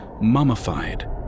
mummified